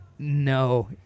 no